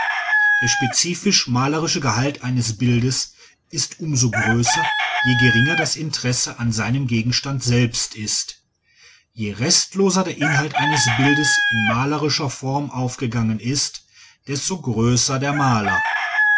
der spezifisch malerische gehalt eines bildes ist um so größer je geringer das interesse an seinem gegenstande selbst ist je restloser der inhalt eines bildes in malerische form aufgegangen ist desto größer der maler